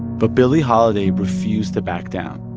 but billie holiday refused to back down.